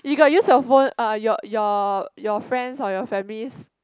you got use your phone uh your your your friends or your families